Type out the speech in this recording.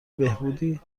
بهبودی